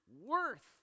worth